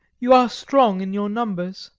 you are strong in your numbers,